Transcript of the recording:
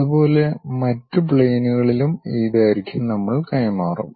അതുപോലെ മറ്റ് പ്ലെയിനുകളിലും ഈ ദൈർഘ്യം നമ്മൾ കൈമാറും